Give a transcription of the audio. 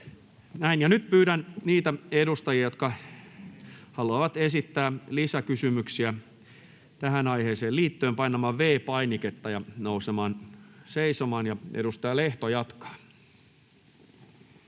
nyt pyydän niitä edustajia, jotka haluavat esittää lisäkysymyksiä tähän aiheeseen liittyen, painamaan V-painiketta ja nousemaan seisomaan. — Edustaja Lehto jatkaa.